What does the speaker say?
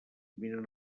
miren